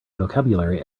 vocabulary